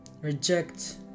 reject